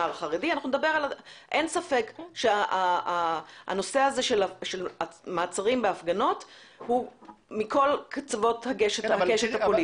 אין ספק שהנושא הזה של מעצרים בהפגנות הוא מכל קצוות הקשת הפוליטית.